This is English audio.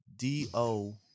D-O